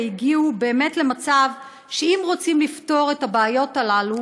הגיעו למצב שאם רוצים לפתור את הבעיות הללו,